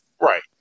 Right